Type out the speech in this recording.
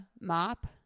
mop